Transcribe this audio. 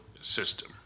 system